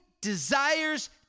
desires